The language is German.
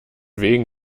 wegen